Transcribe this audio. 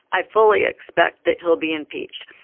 i fully expect that he'll be impeached.